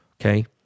okay